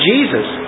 Jesus